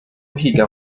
uhiga